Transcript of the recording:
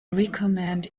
recommend